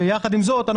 ויחד עם זאת,